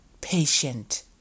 patient